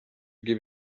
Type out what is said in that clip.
give